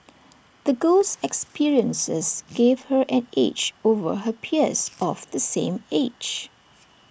the girl's experiences gave her an edge over her peers of the same age